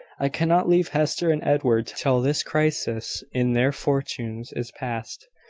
i cannot leave hester and edward till this crisis in their fortunes is past.